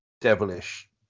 devilish